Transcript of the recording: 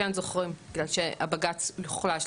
כן זוכרים בגלל שהבג"צ יוחלש,